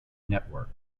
network